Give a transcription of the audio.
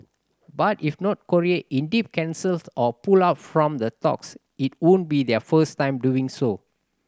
but if North Korea indeed cancels or pull out from the talks it wouldn't be their first time doing so